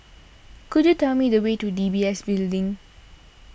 could you tell me the way to D B S Building